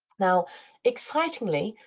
now excitingly,